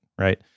right